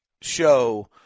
show